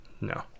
No